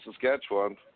Saskatchewan